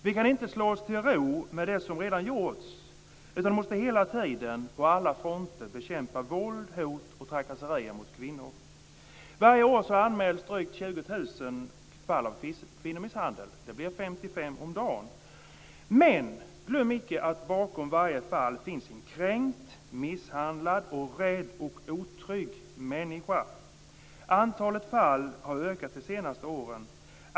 Vi kan inte slå oss till ro med det som redan har gjorts utan måste hela tiden på alla fronter bekämpa våld, hot och trakasserier mot kvinnor. Varje år anmäls drygt 20 000 fall av kvinnomisshandel. Det blir 55 om dagen. Men glöm icke att bakom varje fall finns en kränkt, misshandlad, rädd och otrygg människa. Antalet fall har ökat de senaste åren.